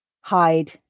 hide